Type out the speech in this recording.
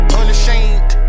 unashamed